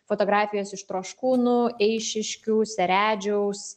fotografijas iš troškūnų eišiškių seredžiaus